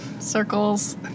circles